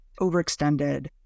overextended